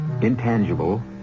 intangible